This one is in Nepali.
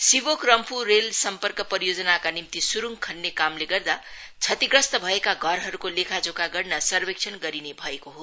सिभोक रम्फ् रेल सम्पर्क परियोजनाका निम्ति स्रूङ खन्ने कामले गर्दा श्रतिग्रस्त भएका घरहरूको लेखाजोखा गर्न सर्वेक्षण गरिने भएको हो